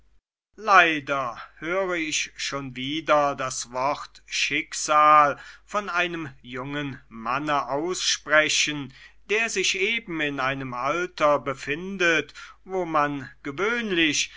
leider höre ich schon wieder das wort schicksal von einem jungen manne aussprechen der sich eben in einem alter befindet wo man gewöhnlich